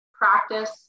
practice